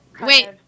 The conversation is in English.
Wait